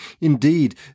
Indeed